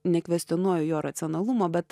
nekvestionuoju jo racionalumo bet